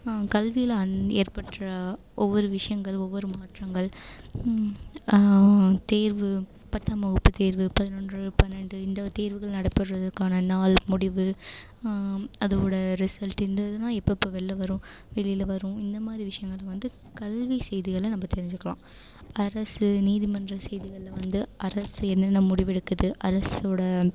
கல்வியில் அன் ஏற்பெற்ற ஒவ்வொரு விஷயங்கள் ஒவ்வொரு மாற்றங்கள் தேர்வு பத்தாம் வகுப்பு தேர்வு பதினொன்று பன்னெண்டு இந்த தேர்வுகள் நடைபெறதுக்கான நாள் முடிவு அதோட ரிசல்ட் இந்த இதெல்லாம் எப்பப்போ வெளியில் வரும் வெளியில் வரும் இந்த மாதிரி விஷயங்கள் வந்து கல்வி செய்திகளில் நம்ம தெரிஞ்சிக்கலாம் அரசு நீதிமன்ற செய்திகளில் வந்து அரசு என்னென்ன முடிவு எடுக்குது அரசோடு